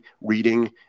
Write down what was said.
reading